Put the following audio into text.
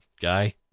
guy